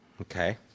Okay